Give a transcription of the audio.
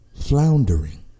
floundering